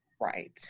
Right